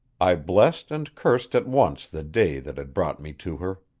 i blessed and cursed at once the day that had brought me to her.